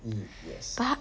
ye~ yes